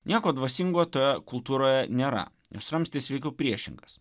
nieko dvasingo toje kultūroje nėra jos ramstis veikiau priešingas